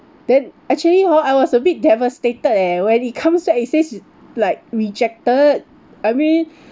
then actually hor I was a bit devastated leh when it comes out it says like rejected I mean